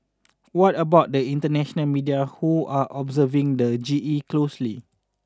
what about the international media who are observing the G E closely